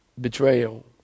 Betrayal